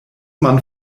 man